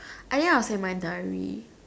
!aiya! was in my diary